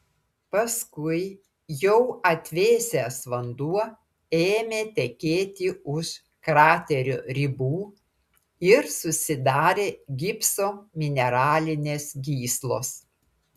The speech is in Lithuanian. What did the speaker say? paskui jau atvėsęs vanduo ėmė tekėti už kraterio ribų ir susidarė gipso mineralinės gyslos